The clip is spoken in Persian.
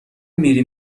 میری